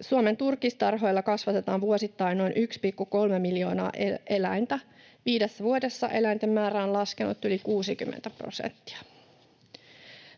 Suomen turkistarhoilla kasvatetaan vuosittain noin 1,3 miljoonaa eläintä. Viidessä vuodessa eläinten määrä on laskenut yli 60 prosenttia.